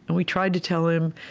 and we tried to tell him.